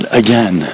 again